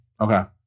Okay